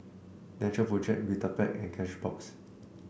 Natural Project Vitapet and Cashbox